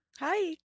Hi